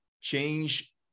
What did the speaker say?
change